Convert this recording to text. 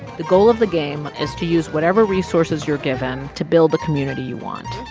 the goal of the game is to use whatever resources you're given to build the community you want.